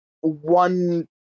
one